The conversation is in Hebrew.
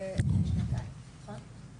זה לשנתיים נכון?